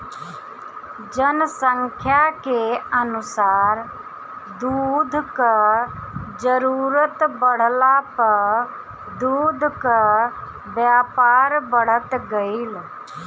जनसंख्या के अनुसार दूध कअ जरूरत बढ़ला पअ दूध कअ व्यापार बढ़त गइल